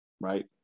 right